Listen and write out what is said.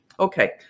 Okay